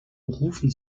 rufen